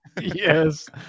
Yes